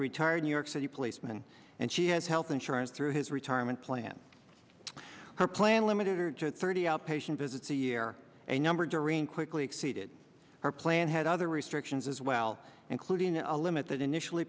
retired new york city policeman and she has health insurance through his retirement plan her plan limited or to thirty outpatient visits a year a number during quickly exceeded our plan had other restrictions as well including a limit that initially